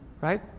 Right